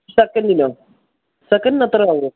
സെക്കൻ്റിനോ സെക്കൻ്റിന് അത്രയും ആവുമോ